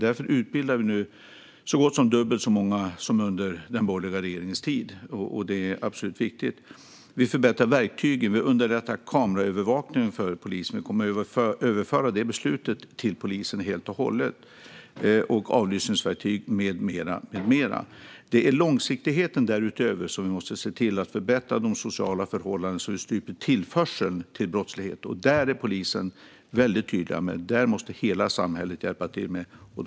Därför utbildar vi nu så gott som dubbelt så många som utbildades under den borgerliga regeringens tid. Det är absolut viktigt. Vi förbättrar verktygen. Vi underlättar kameraövervakningen för polisen, och vi kommer att överföra detta beslut till polisen helt och hållet. Det gäller också avlyssningsverktyg med mera. Därutöver är det långsiktigheten som gäller. Vi måste se till att förbättra de sociala förhållandena så att vi stryper tillförseln till brottslighet. Där är polisen tydlig: Hela samhället måste hjälpa till med detta.